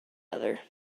other